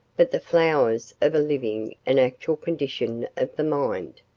but the flowers of a living and actual condition of the mind.